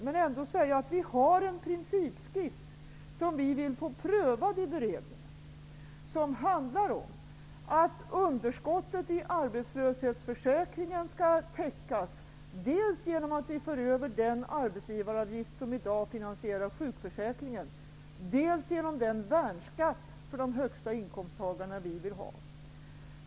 Men vi har en principskiss som vi vill få prövad i beredningen och som handlar om att underskottet i arbetslöshetsförsäkringen skall täckas dels genom att vi för över den arbetsgivaravgift som i dag finansierar sjukförsäkringen, dels genom den värnskatt som vi vill ha för de högsta inkomsttagarna.